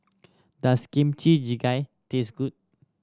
does Kimchi Jjigae taste good